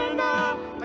now